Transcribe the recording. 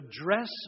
address